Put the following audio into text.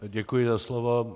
Děkuji za slovo.